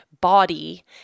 body